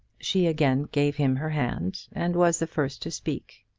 she again gave him her hand, and was the first to speak.